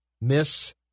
miss